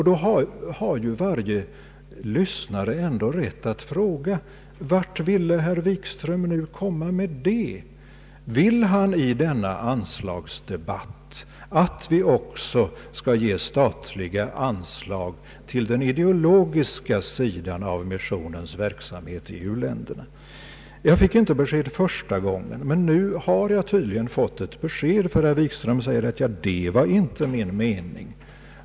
Då har varje lyssnare ändå rätt att fråga: Vart vill herr Wikström komma med det? Vill han i denna anslagsdebatt begära att vi också skall ge statliga anslag till den ideologiska sidan av missionens verksamhet i u-länderna? — Jag fick inte besked första gången, men nu har jag tydligen fått ett besked, eftersom herr Wikström säger: Det var inte min mening.